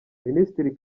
minisitiri